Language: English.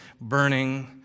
burning